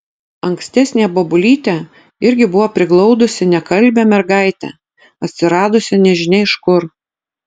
ankstesnė bobulytė irgi buvo priglaudusi nekalbią mergaitę atsiradusią nežinia iš kur